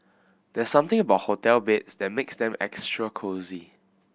there's something about hotel beds that makes them extra cosy